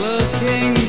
Looking